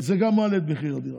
זה גם מעלה את מחיר הדירה.